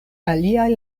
aliaj